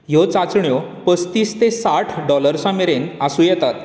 ह्यो चांचण्यो पस्तीस ते साठ डॉलर्सां मेरेन आसूं येतात